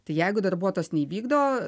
tai jeigu darbuotojas neįvykdo